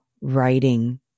writing